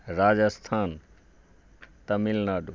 Rajasthan Tamil Nadu